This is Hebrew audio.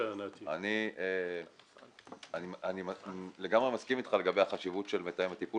אני לגמרי מסכים איתך לגבי החשיבות של מתאם הטיפול